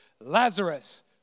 Lazarus